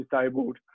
disabled